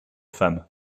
femme